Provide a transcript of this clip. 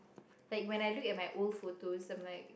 like when I look at my old photos I'm like